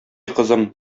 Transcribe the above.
кызым